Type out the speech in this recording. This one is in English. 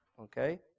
okay